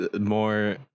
more